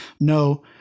No